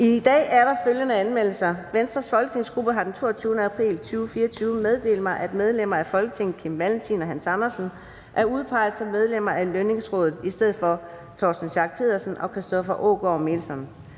Mødet er åbnet. Venstres folketingsgruppe har den 22. april 2024 meddelt mig, at medlemmer af Folketinget Kim Valentin og Hans Andersen er udpeget som medlemmer af Lønningsrådet i stedet for Torsten Schack Pedersen og Christoffer Aagaard Melson.